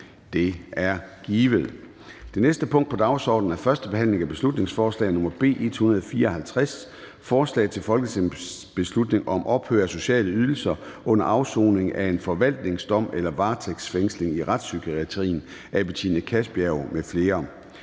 Det er givet. --- Det næste punkt på dagsordenen er: 2) 1. behandling af beslutningsforslag nr. B 154: Forslag til folketingsbeslutning om ophør af sociale ydelser under afsoning af en foranstaltningsdom eller varetægtsfængsling i retspsykiatrien. Af Betina Kastbjerg (DD) m.fl.